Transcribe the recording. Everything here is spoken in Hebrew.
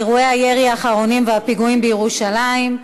אירועי הירי האחרונים והפיגועים בירושלים,